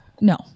No